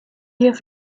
have